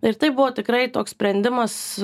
ir tai buvo tikrai toks sprendimas